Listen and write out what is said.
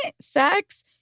sex